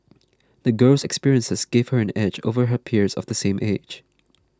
the girl's experiences gave her an edge over her peers of the same age